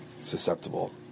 susceptible